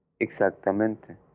Exactamente